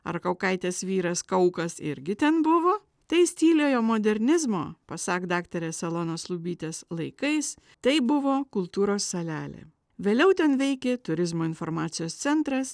ar kaukaitės vyras kaukas irgi ten buvo tais tyliojo modernizmo pasak daktarės elonos lubytės laikais tai buvo kultūros salelė vėliau ten veikė turizmo informacijos centras